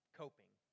coping